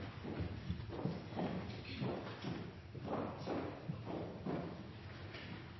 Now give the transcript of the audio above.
nok